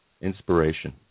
inspiration